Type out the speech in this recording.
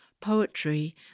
Poetry